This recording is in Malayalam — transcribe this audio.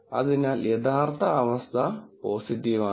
അതിനാൽ യഥാർത്ഥ അവസ്ഥ പോസിറ്റീവ് ആണ്